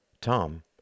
Tom